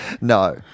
No